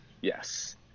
Yes